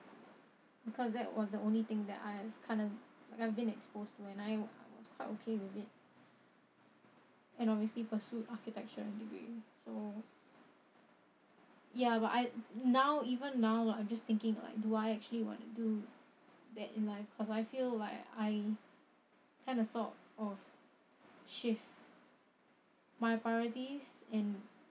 because that was the only thing that I've kind of like I've been exposed to and I was quite okay with it and obviously pursued architecture degree so ya but I now even now I'm just thinking like do I actually want to do that in life cause I feel like I kind of sort of shift my priorities and